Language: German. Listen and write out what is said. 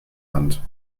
hand